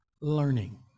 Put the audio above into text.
learning